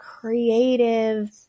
creative